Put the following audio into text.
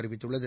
அறிவித்துள்ளது